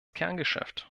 kerngeschäft